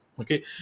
okay